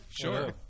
sure